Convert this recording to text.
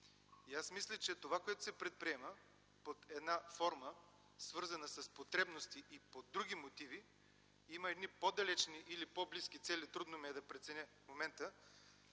и аз мисля, че това, което се предприема под една форма, свързана с потребности и под други мотиви има едни по-далечни или по-близки цели, трудно ми е да преценя в момента,